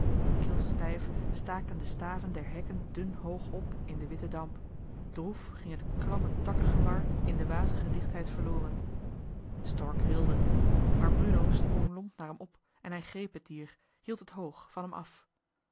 staken de staven der hekken dun hoog op in den witten damp droef ging het klamme takken gewar in de wazige dichtheid verloren stork rilde maar bruno sprong lomp tegen hem op en hij gréép het dier hield het overeind van hem af